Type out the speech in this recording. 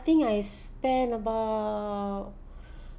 think I spend about